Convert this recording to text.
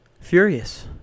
furious